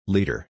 Leader